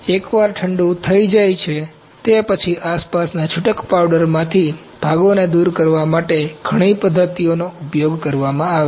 એકવાર ઠંડું થઈ જાય તે પછી આસપાસના છૂટક પાવડરમાંથી ભાગોને દૂર કરવા માટે ઘણી પદ્ધતિઓનો ઉપયોગ કરવામાં આવે છે